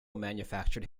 manufactured